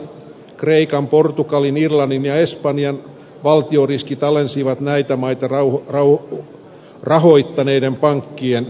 kreikan portugalin irlannin ja espanjan valtioriskit alensivat näitä maita rahoittaneiden pankkien vakavaraisuutta